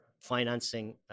financing